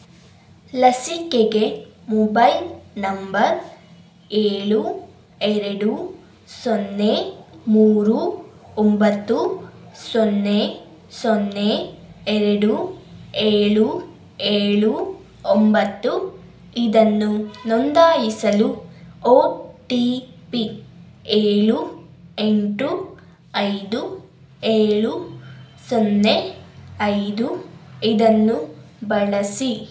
ಲಸಿಕೆಗೆ mobile number ಏಳು ಎರಡು ಸೊನ್ನೆ ಮೂರು ಒಂಬತ್ತು ಸೊನ್ನೆ ಸೊನ್ನೆ ಎರಡು ಏಳು ಏಳು ಒಂಬತ್ತು ಇದನ್ನು ನೋಂದಾಯಿಸಲು ಒ ಟಿ ಪಿ ಏಳು ಎಂಟು ಐದು ಏಳು ಸೊನ್ನೆ ಐದು ಇದನ್ನು ಬಳಸಿ